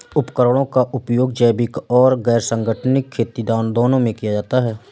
उपकरणों का उपयोग जैविक और गैर संगठनिक खेती दोनों में किया जाता है